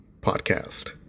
Podcast